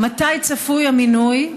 2. מתי צפוי המינוי?